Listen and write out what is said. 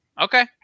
okay